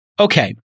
okay